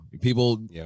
People